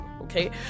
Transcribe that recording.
okay